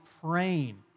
praying